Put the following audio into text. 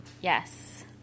Yes